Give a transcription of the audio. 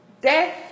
Death